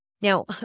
Now